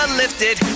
lifted